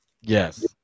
Yes